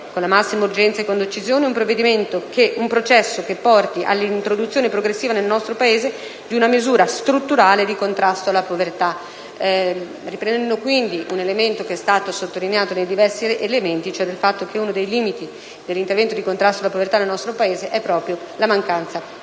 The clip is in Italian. con la massima urgenza e con decisione, un percorso che porti all'introduzione progressiva nel nostro Paese di una misura strutturale di contrasto alla povertà», riprendendo in tal modo un elemento che è stato sottolineato in diversi interventi, cioè il fatto che uno dei limiti dell'intervento di contrasto alla povertà nel nostro Paese è proprio la mancanza